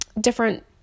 different